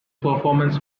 performance